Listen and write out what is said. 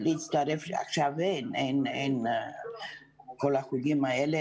עכשיו כל החוגים פסקו,